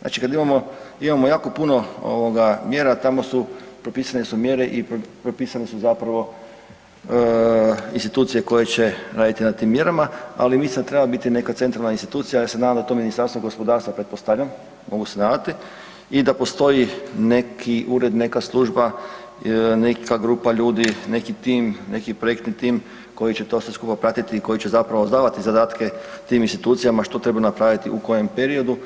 Znači, kada imamo, imamo jako puno mjera tamo su propisane su mjere i propisane su zapravo institucije koje će raditi na tim mjerama, ali mislim da treba biti neka centralna institucija, ja se nadam da je to Ministarstvo gospodarstva, pretpostavljam, mogu se nadati i da postoji neki ured, neka služba, neka grupa ljudi, neki tim, neki projektni tim koji će to sve skupa pratiti i koji će zapravo davati zadatke tim institucijama što trebaju napraviti u kojem periodu